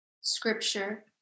scripture